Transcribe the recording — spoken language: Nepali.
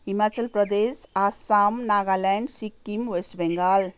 हिमाचल प्रदेश आसाम नागाल्यान्ड सिक्किम वेस्ट बङ्गाल